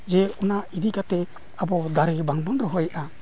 ᱡᱮ ᱚᱱᱟ ᱤᱫᱤ ᱠᱟᱛᱮᱫ ᱟᱵᱚ ᱫᱟᱨᱮ ᱵᱟᱝᱵᱚᱱ ᱨᱚᱦᱚᱭᱮᱫᱼᱟ